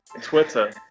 Twitter